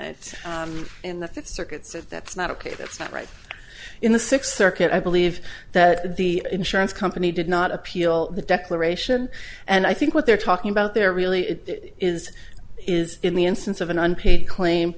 fifth circuit so that's not ok that's not right in the sixth circuit i believe that the insurance company did not appeal the declaration and i think what they're talking about there really is is in the instance of an unpaid claim